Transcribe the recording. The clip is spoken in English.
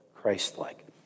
Christ-like